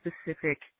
specific